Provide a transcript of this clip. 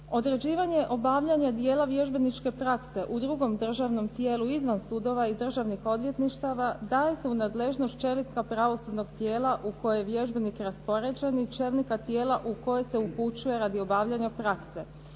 kod obavljanja dijela vježbeničke prakse u drugima državama u tijelu izvan sudova i državnih odvjetništava i stavljanje u nadležnost čelnika pravosudnog tijela u koje je vježbenik raspoređen i čelnika tijela u koje se upućuje radi obavljanja prakse.